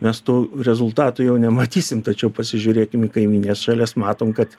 mes tų rezultatų jau nematysim tačiau pasižiūrėkim į kaimynines šalis matom kad